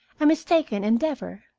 a mistaken endeavor,